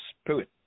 spirit